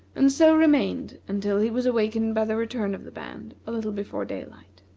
and so remained until he was awakened by the return of the band, a little before daylight.